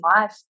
life